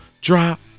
Drop